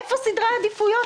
שאול, איפה סדרי העדיפויות?